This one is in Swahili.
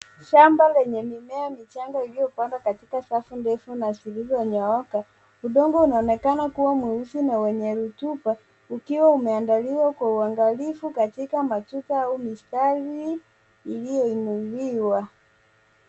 Shamba lenye mimea michanga iliyopandwa katika safu ndefu na zilizonyooka. Udongo unaonekana kuwa mweusi na wenye rutuba ukiwa umeandaliwa kwa uangalifu katika matuta au mistari iliyoinuliwa.